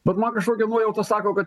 bet man kažkokia nuojauta sako kad